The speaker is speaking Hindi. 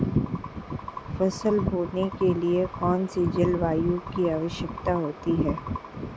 फसल बोने के लिए कौन सी जलवायु की आवश्यकता होती है?